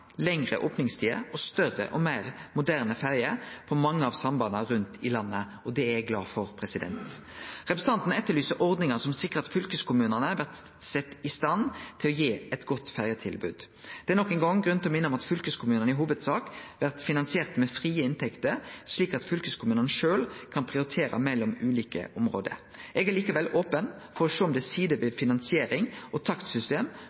lengre opningstider og større og meir moderne ferjer på mange av sambanda rundt i landet. Det er eg glad for. Representanten etterlyser ordningar som sikrar at fylkeskommunane blir sette i stand til å gi eit godt ferjetilbod. Det er nok ein gong grunn til å minne om at fylkeskommunane i hovudsak blir finansierte med frie inntekter, slik at fylkeskommunane sjølve kan prioritere mellom ulike område. Eg er likevel open for å sjå på om det er sider ved finansiering og